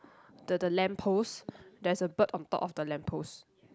the the lamppost there's a bird on top of the lamppost